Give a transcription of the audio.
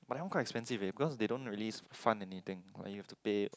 but that one quite expensive eh because they don't really fund anything like you have to pay